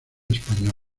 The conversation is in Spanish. española